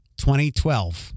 2012